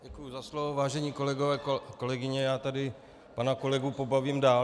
Děkuji za slovo, vážení kolegové, kolegyně, já tady pana kolegu pobavím dál.